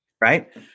right